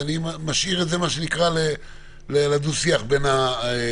אני משאיר את זה לדו-שיח בין הממשלה.